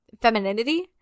femininity